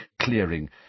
clearing